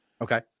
Okay